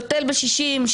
בטל ב-60,